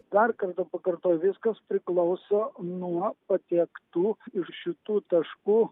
dar kartą pakartoju viskas priklauso nuo patiektų ir šitų taškų